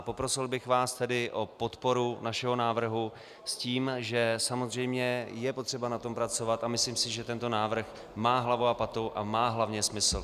Poprosil bych vás tedy o podporu našeho návrhu s tím, že samozřejmě je potřeba na tom pracovat, a myslím si, že tento návrh má hlavu a patu a má hlavně smysl.